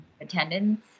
attendance